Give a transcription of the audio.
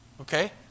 Okay